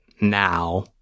now